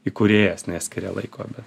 įkūrėjas neskiria laiko bet